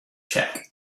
check